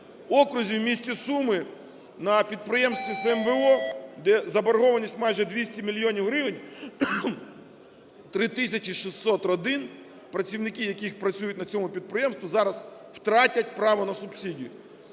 окрузі в місті Суми на підприємстві СМНВО, де заборгованість майже 200 мільйонів гривень, 3 тисячі 600 родин, працівники яких працюють на цьому підприємстві, зараз втратять право на субсидію.